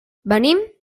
venim